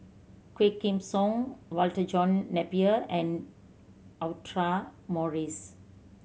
Quah Kim Song Walter John Napier and Audra Morrice